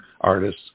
artists